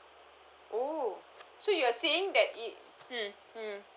oh so you're saying that it mm mm